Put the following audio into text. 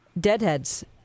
deadheads